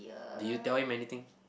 did you tell him anything